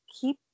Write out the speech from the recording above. keep